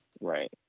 Right